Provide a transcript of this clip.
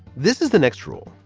this is the next rule.